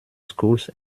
schools